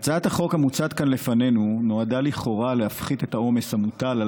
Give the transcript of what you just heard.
הצעת החוק המוצעת כאן לפנינו נועדה לכאורה להפחית את העומס המוטל על